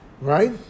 right